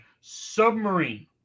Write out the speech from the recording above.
submarine